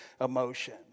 emotion